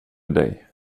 dig